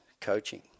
coaching